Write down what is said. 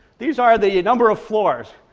these are the number of floors.